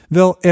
wel